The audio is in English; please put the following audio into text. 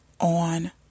on